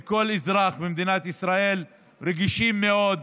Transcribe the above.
לכל אזרח במדינת ישראל, רגישים מאוד.